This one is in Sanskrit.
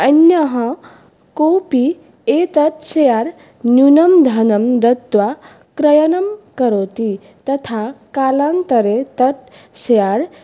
अन्यः कोपि एतत् सेयार् न्यूनं धनं दत्त्वा क्रयणं करोति तथा कालान्तरे तत् सेयार्